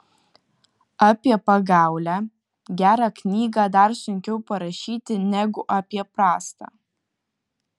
apie pagaulią gerą knygą dar sunkiau parašyti negu apie prastą